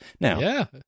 Now